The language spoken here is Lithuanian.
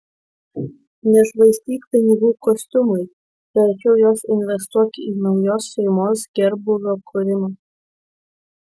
nešvaistyk pinigų kostiumui verčiau juos investuok į naujos šeimos gerbūvio kūrimą